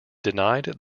denied